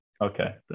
Okay